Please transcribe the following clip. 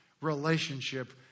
relationship